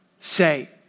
say